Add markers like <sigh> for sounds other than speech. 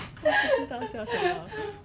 <laughs> yeah